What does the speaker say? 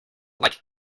like